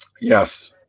Yes